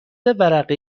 ورقه